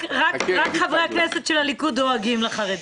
רק חברי הכנסת של הליכוד דואגים לחרדים.